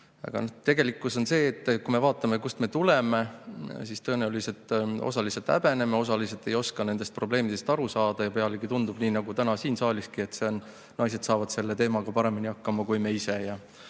Aga tegelikkus on see, et kui me vaatame, kust me tuleme, siis tõenäoliselt osaliselt me häbeneme ja osaliselt ei oska nendest probleemidest aru saada. Pealegi tundub, nagu täna siin saaliski, et naised saavad selle teemaga paremini hakkama kui mehed.